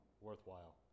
worthwhile